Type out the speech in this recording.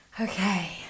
Okay